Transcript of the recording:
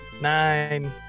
nine